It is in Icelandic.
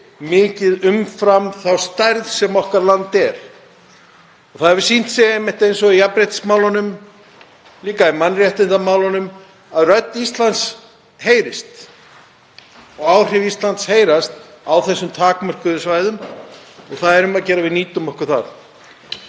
áhrif umfram þá stærð sem okkar land er. Það hefur einmitt sýnt sig í t.d. jafnréttismálunum, líka í mannréttindamálum, að rödd Íslands heyrist og áhrif Íslands finnast á þessum takmörkuðu svæðum. Það er um að gera að við nýtum okkur það.